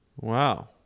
Wow